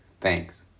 Thanks